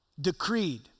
decreed